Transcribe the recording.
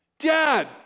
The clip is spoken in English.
Dad